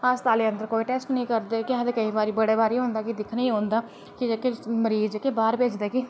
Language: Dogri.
ते अस्ताल दे अंदर कोई टेस्ट नेईं करदे बड़े एह् होंदा कि दिक्खने गी औंदा कि जेह्के मरीज बाह्र भेजदे कि